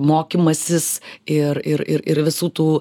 mokymasis ir ir ir visų tų